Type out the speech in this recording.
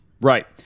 Right